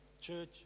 Church